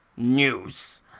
News